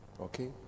Okay